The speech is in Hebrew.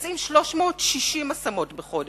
וגאוני ויסקונסין מבצעים 360 השמות בחודש,